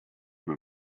but